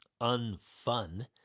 unfun